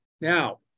Now